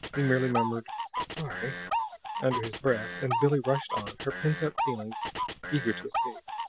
he merely murmured sorry under his breath and billie rushed on, her pent-up feelings eager to escape.